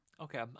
okay